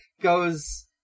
goes-